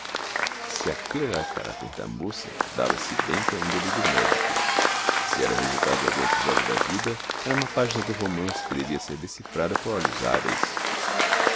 se aquilo era caráter da moça dava-se bem com a índole de médico se era resultado de algum episódio da vida era uma página do romance que devia ser decifrada